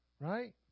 right